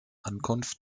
ankunft